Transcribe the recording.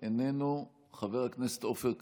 איננו, חבר הכנסת עופר כסיף,